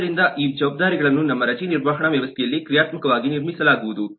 ಆದ್ದರಿಂದ ಈ ಜವಾಬ್ದಾರಿಗಳನ್ನು ನಮ್ಮ ರಜೆ ನಿರ್ವಹಣಾ ವ್ಯವಸ್ಥೆಯಲ್ಲಿ ಕ್ರಿಯಾತ್ಮಕವಾಗಿ ನಿರ್ಮಿಸಲಾಗುವುದು